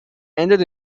ended